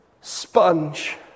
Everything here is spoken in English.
sponge